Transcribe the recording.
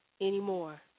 anymore